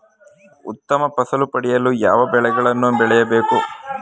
ಉತ್ತಮ ಫಸಲು ಪಡೆಯಲು ಯಾವ ಬೆಳೆಗಳನ್ನು ಬೆಳೆಯಬೇಕು?